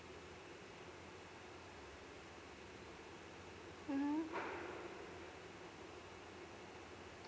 mmhmm